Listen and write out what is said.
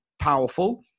powerful